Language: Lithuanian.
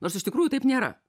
nors iš tikrųjų taip nėra